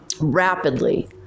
rapidly